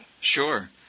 Sure